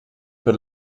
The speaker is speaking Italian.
per